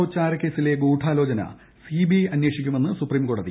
O ചാരക്കേസിലെ ഗൂഢാലോചന CBI അന്വേഷിക്കുമെന്ന് സുപ്രീംകോടതി